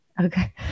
okay